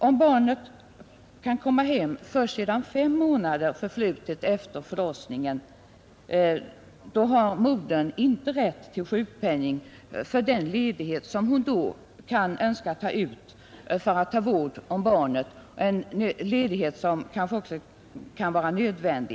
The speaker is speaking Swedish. Om barnet kan komma hem först sedan fem månader förflutit efter förlossningen har modern ingen rätt till sjukpenning för den ledighet som då kan vara nödvändig för att hon skall kunna ta vård om barnet.